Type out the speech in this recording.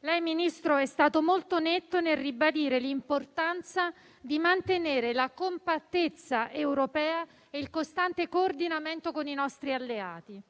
Lei, Ministro, è stato molto netto nel ribadire l'importanza di mantenere la compattezza europea e il costante coordinamento con i nostri alleati,